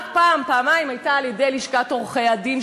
רק פעם-פעמיים הייתה על-ידי לשכת עורכי-הדין,